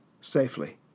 safely